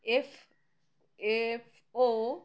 F F O